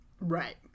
Right